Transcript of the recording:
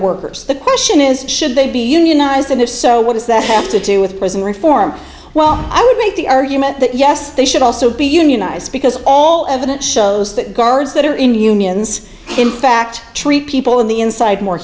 workers the question is should they be unionized and if so what does that have to do with prison reform well i would make the argument that yes they should also be unionized because all evidence shows that guards that are in unions in fact treat people in the inside more